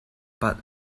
but